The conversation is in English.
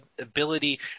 ability